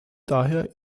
daher